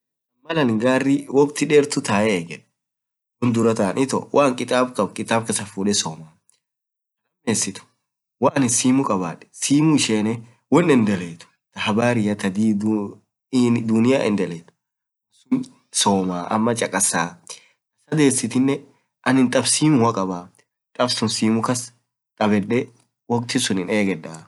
malanin gari mudaa dertuu tae egeed, woan duraa taan itookitaab kasaa fudee somaa taa lamesit malanin simu, kabaad simu ishenee woan endeleet taa did kanaa habarii somaa. amaa chakasaa taa sadesit aninn taab simua kabaa taanin tabedee waktii sunin egeed.